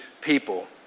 people